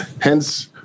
hence